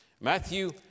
Matthew